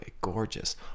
Gorgeous